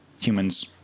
humans